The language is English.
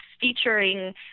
featuring